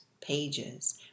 pages